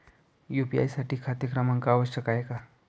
UPI साठी खाते क्रमांक आवश्यक आहे का?